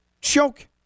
choke